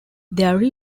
there